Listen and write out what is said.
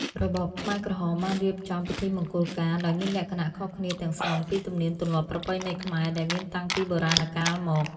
របបខ្មែរក្រហមបានរៀបចំពិធីមង្គលការដោយមានលក្ខណៈខុសគ្នាទាំងស្រុងពីទំនៀមទម្លាប់ប្រពៃណីខ្មែរដែលមានតាំងពីបុរាណកាលមក។